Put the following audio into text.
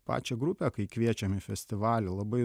pačią grupę kai kviečiam į festivalių labai